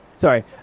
sorry